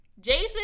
Jason